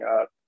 up